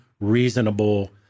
reasonable